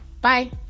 Bye